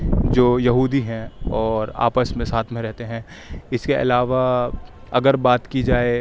جو یہودی ہیں اور آپس میں ساتھ میں رہتے ہیں اس کے علاوہ اگر بات کی جائے